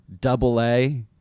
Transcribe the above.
double-A